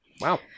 Wow